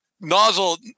nozzle